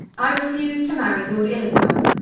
i refuse to marry lord illingworth.